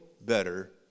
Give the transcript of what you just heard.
better